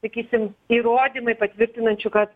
sakysim įrodymai patvirtinančių kad